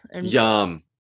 Yum